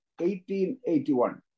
1881